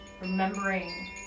remembering